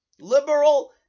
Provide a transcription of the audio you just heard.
Liberal